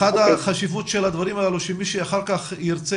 החשיבות של הדברים הללו שמי שאחר כך ירצה